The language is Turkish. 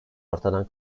ortadan